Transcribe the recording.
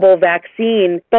vaccine